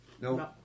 No